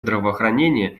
здравоохранения